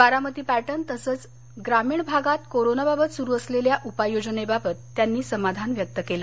Baramati pattern तसंच ग्रामीण भागात कोरोनाबाबत सुरू असलेल्या उपाययोजनेबाबत त्यांनी समाधान व्यक्त केलं